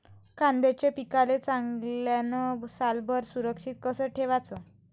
कांद्याच्या पिकाले चांगल्यानं सालभर सुरक्षित कस ठेवाचं?